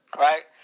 right